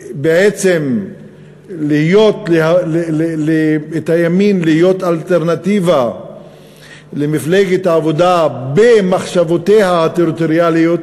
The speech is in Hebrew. בעצם את הימין להיות אלטרנטיבה למפלגת העבודה במחשבותיה הטריטוריאליות,